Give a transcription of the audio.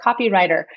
copywriter